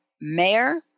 Mayor